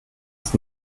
ist